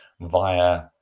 via